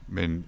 Men